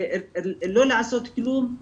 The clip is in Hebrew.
לא לעשות כלום,